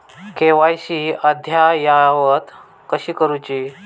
KYC अद्ययावत कशी करुची?